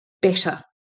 better